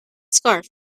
scarf